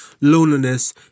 loneliness